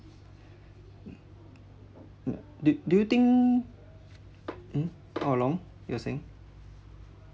mm do do you think mm come along you're saying